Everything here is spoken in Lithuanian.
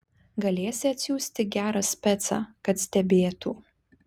galėsi atsiųsti gerą specą kad stebėtų